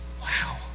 Wow